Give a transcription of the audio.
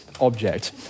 object